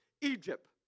Egypt